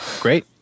great